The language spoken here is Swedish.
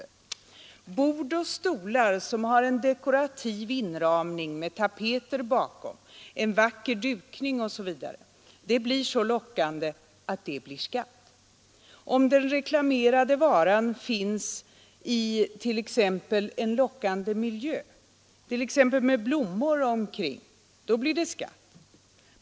En reklam för bord och stolar som har en dekorativ inramning med tapeter bakom, en vacker dukning osv. blir så lockande att den skattebeläggs. Om den reklamerade varan finns i en lockande miljö med t.ex. blommor omkring blir det skatt.